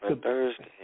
Thursday